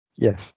Yes